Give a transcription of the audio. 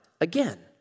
again